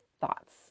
thoughts